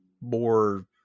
more